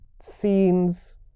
scenes